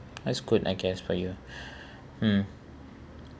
that's good I guess for you mm